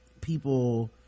people